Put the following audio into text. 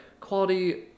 quality